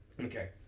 Okay